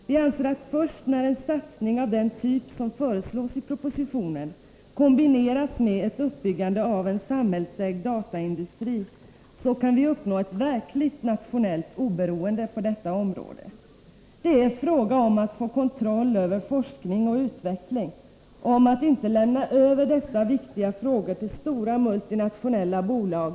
Vi anser att vi först när en satsning av den typ som föreslås i propositionen kombineras med ett uppbyggande av en samhällsägd dataindustri kan uppnå ett verkligt nationellt oberoende på detta område. Det är fråga om att få kontroll över forskning och utveckling, om att inte lämna över dessa viktiga frågor till stora, multinationella bolag.